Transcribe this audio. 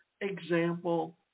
Example